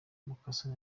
mukasa